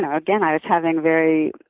and again, i was having very